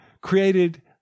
created